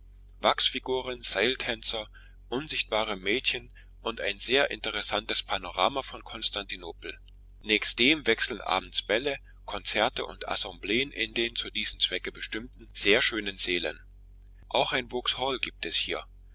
wachsfiguren seiltänzer unsichtbare mädchen und ein sehr interessantes panorama von konstantinopel nächst dem wechseln abends bälle konzerte und assembleen in den zu diesem zwecke bestimmten sehr schönen sälen auch ein vauxhall gibt es hier